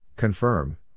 Confirm